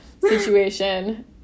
situation